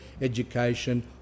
education